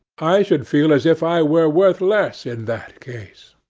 i should feel as if i were worth less in that case.